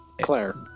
Claire